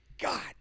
God